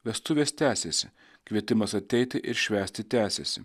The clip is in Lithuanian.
vestuvės tęsiasi kvietimas ateiti ir švęsti tęsiasi